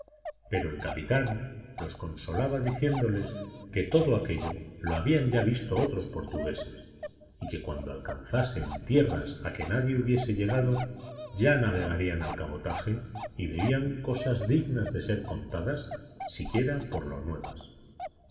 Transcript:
pero el capitán los consolaba diciéndoles que todo aquello lo habían ya visto otros portugueses y que cuando alcanzasen tierras a que nadie hubiera llegado ya navegarían al cabotaje y verían cosas dignas de ser contadas siquiera por lo nuevas